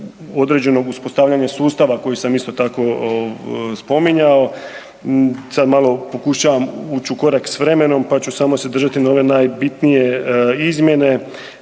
određenog uspostavljanja sustava koji sam, isto tako, spominjao. Sad malo pokušavam ući u korak s vremenom pa ću samo se držati na ove najbitnije izmjene.